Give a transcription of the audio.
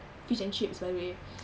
fish and chips by the way